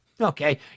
Okay